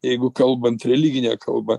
jeigu kalbant religine kalba